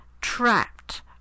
trapped